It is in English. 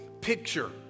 picture